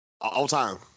All-time